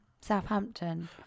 Southampton